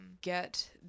get